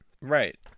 Right